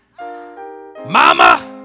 Mama